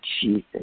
Jesus